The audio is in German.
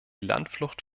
landflucht